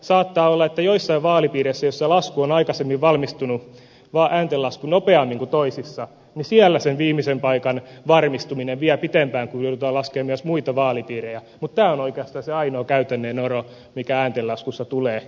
saattaa olla että joissain vaalipiireissä joissa ääntenlasku on aikaisemmin valmistunut nopeammin kuin toisissa sen viimeisen paikan varmistuminen vie pitempään kun joudutaan laskemaan myös muita vaalipiirejä mutta tämä on oikeastaan se ainoa käytännön ero mikä ääntenlaskussa tulee